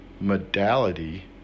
modality